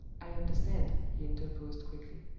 i understand, he interposed, quickly.